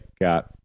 got